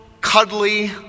cuddly